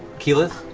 keyleth.